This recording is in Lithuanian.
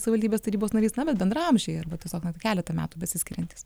savivaldybės tarybos narys na bet bendraamžiai arba tiesiog net keletą metų besiskiriantys